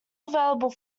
available